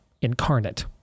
incarnate